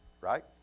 Right